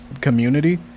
community